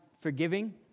forgiving